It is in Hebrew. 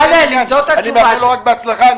אני אומר לו רק בהצלחה.